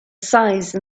size